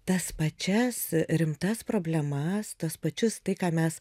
tas pačias rimtas problemas tuos pačius tai ką mes